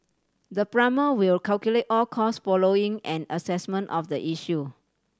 the plumber will calculate all cost following an assessment of the issue